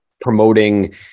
promoting